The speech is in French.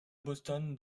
boston